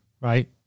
right